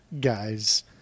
guys